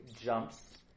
jumps